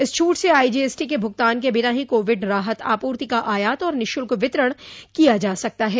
इस छूट से आई जी एस टी के भुगतान के बिना ही कोविड राहत आपूर्ति का आयात और निशुल्क वितरण किया जा सकता है